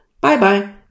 bye-bye